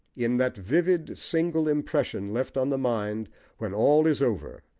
in that vivid single impression left on the mind when all is over,